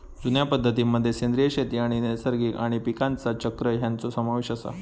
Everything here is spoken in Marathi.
जुन्या पद्धतीं मध्ये सेंद्रिय शेती आणि नैसर्गिक आणि पीकांचा चक्र ह्यांचो समावेश आसा